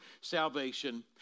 salvation